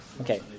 Okay